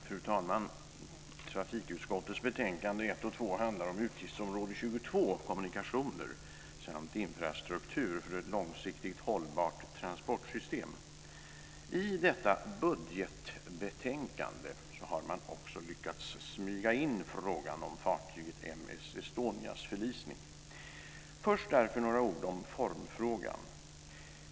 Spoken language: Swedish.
Fru talman! Trafikutskottets betänkande 1 och 2 handlar om utgiftsområde 22, Kommunikationer samt infrastruktur för ett långsiktigt hållbart transportsystem. I detta budgetbetänkande har man också lyckats smyga in frågan om fartyget M/S Estonias förlisning. Först vill jag därför säga några ord om formfrågan.